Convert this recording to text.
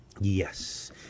Yes